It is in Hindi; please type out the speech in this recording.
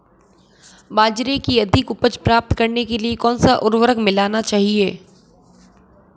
बाजरे की अधिक उपज प्राप्त करने के लिए कौनसा उर्वरक मिलाना चाहिए?